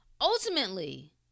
Ultimately